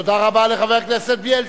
תודה רבה לחבר הכנסת בילסקי.